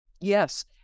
Yes